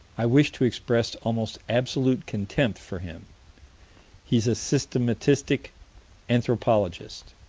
i wish to express almost absolute contempt for him he's a systematistic anthropologist.